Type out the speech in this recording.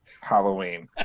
Halloween